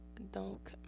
Donc